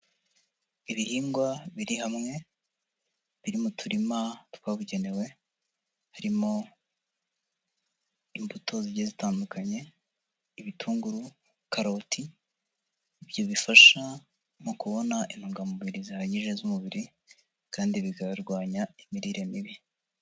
Ibihingwa biri hamwe biri mu turima twabugenewe, harimo imbuto zigiye zitandukanye ibitunguru, karoti, ibyo bifasha mu kubona intungamubiri zihagije z'umubiri kandi bikarwanya imirire mibi.